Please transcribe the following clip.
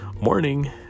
Morning